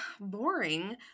boring